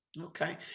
Okay